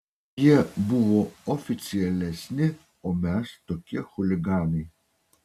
jie buvo oficialesni o mes tokie chuliganai